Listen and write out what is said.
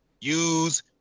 use